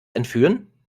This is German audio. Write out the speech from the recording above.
entführen